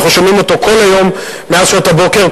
אנחנו שומעים אותו כל היום מאז שעות הבוקר,